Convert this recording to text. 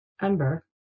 Ember